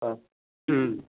অঁ